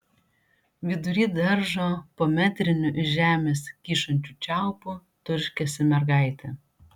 vidury daržo po metriniu iš žemės kyšančiu čiaupu turškėsi mergaitė